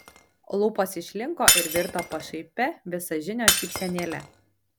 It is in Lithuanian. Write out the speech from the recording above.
lūpos išlinko ir virto pašaipia visažinio šypsenėle